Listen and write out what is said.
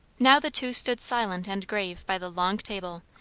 now the two stood silent and grave by the long table,